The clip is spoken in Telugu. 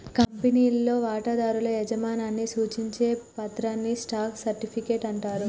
కంపెనీలో వాటాదారుల యాజమాన్యాన్ని సూచించే పత్రాన్ని స్టాక్ సర్టిఫికెట్ అంటారు